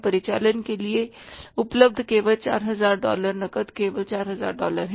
परिचालन के लिए उपलब्ध केवल 4000 डॉलर नकद केवल 4000 डॉलर है